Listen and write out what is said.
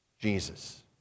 Jesus